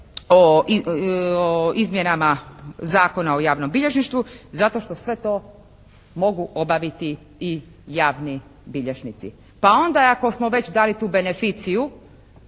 o izmjenama Zakona o javnom bilježništvu? Zato što sve to mogu obaviti i javni bilježnici. Pa onda ako smo već dali tu beneficiju